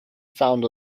found